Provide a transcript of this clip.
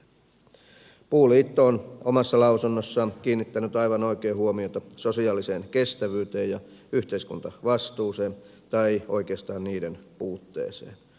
puuliitto on omassa lausunnossaan kiinnittänyt aivan oikein huomiota sosiaaliseen kestävyyteen ja yhteiskuntavastuuseen tai oikeastaan niiden puutteeseen